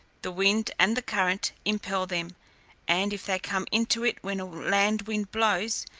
the wind and the current impel them and if they come into it when a land-wind blows,